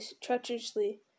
treacherously